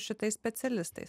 šitais specialistais